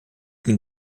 bin